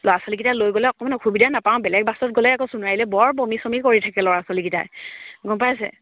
ল'ৰা ছোৱালীকেইটা লৈ গ'লে অকণমান অসুবিধা নাপাওঁ বেলেগ বাছত গ'লে আকৌ সোণাৰীলৈ বৰ বমি চমি কৰি থাকে ল'ৰা ছোৱালীকেইটাই গম পাইছে